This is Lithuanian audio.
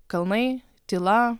kalnai tyla